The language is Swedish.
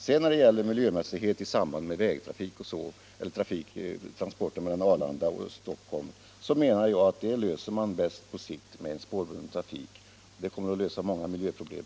När det sedan gäller miljöaspekter på trafiken mellan Arlanda och Stockholm anser jag att på sikt löser man dessa problem bäst med spårbunden trafik. Den typen av kommunikationer kommer att lösa många miljöproblem.